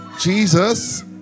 Jesus